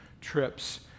trips